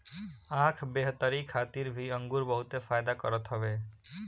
आँख बेहतरी खातिर भी अंगूर बहुते फायदा करत हवे